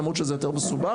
למרות שזה יותר מסובך.